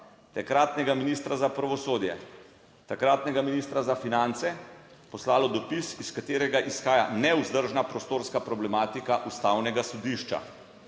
takratnega ministra za pravosodje, takratnega ministra za finance poslalo dopis, iz katerega izhaja nevzdržna prostorska problematika Ustavnega sodišča.